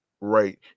right